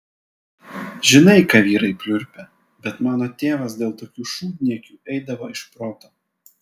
žinai ką vyrai pliurpia bet mano tėvas dėl tokių šūdniekių eidavo iš proto